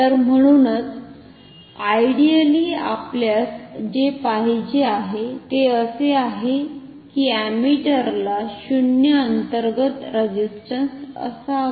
तर म्हणूनच आयडिअली आपल्यास जे पाहिजे आहे ते असे आहे की अमीटरला शून्य अंतर्गत रेझिस्टंस असावा